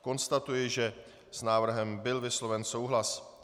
Konstatuji, že s návrhem byl vysloven souhlas.